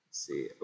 see